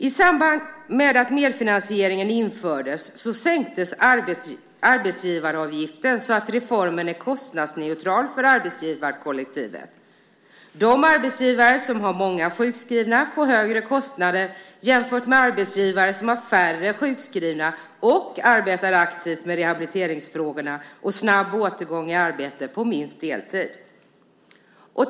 I samband med att medfinansieringen infördes sänktes arbetsgivaravgiften så att reformen är kostnadsneutral för arbetsgivarkollektivet. De arbetsgivare som har många sjukskrivna får högre kostnader jämfört med arbetsgivare som har färre sjukskrivna och arbetar aktivt med rehabiliteringsfrågorna och snabb återgång i arbete på minst deltid.